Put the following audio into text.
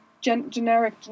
generic